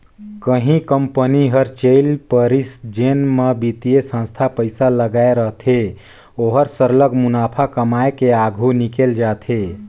कहीं कंपनी हर चइल परिस जेन म बित्तीय संस्था पइसा लगाए रहथे ओहर सरलग मुनाफा कमाए के आघु निकेल जाथे